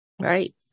Right